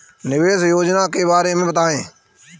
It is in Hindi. निवेश योजना के बारे में बताएँ?